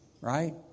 right